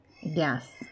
Yes